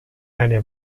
eine